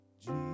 Jesus